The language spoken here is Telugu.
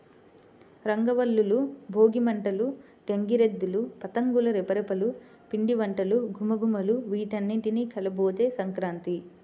రంగవల్లులు, భోగి మంటలు, గంగిరెద్దులు, పతంగుల రెపరెపలు, పిండివంటల ఘుమఘుమలు వీటన్నింటి కలబోతే సంక్రాంతి